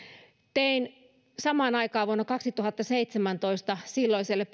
tein samaan aikaan vuonna kaksituhattaseitsemäntoista silloiselle